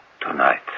Tonight